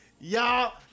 y'all